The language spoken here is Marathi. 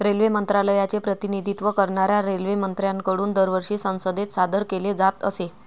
रेल्वे मंत्रालयाचे प्रतिनिधित्व करणाऱ्या रेल्वेमंत्र्यांकडून दरवर्षी संसदेत सादर केले जात असे